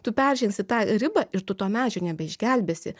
tu peržengsi tą ribą ir tu to medžio nebeišgelbėsi